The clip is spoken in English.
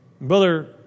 brother